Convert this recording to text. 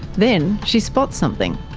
then, she spots something.